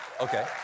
Okay